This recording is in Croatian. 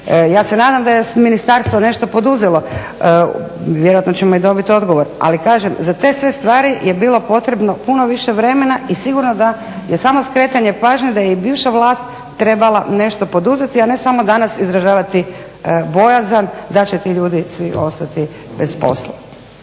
Ja se nadam da je ministarstvo nešto poduzelo, vjerojatno ćemo i dobiti odgovor. Ali kažem, za te sve stvari je bilo potrebno puno više vremena i sigurno da je samo skretanje pažnje, da je i bivša vlast trebala nešto poduzeti a ne samo danas izražavati bojazan da će ti ljudi svi ostati bez posla.